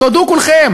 תודו כולכם,